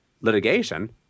litigation